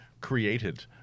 created